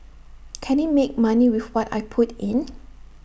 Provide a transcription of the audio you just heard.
can IT make money with what I put in